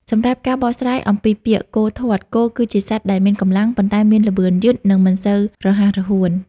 សម្រាប់ការបកស្រាយអំពីពាក្យ "គោធាត់" គោគឺជាសត្វដែលមានកម្លាំង ប៉ុន្តែមានល្បឿនយឺត និងមិនសូវរហ័សរហួន។